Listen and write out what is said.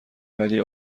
ولی